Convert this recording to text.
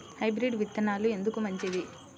Hybrid విత్తనాలు ఎందుకు మంచిది?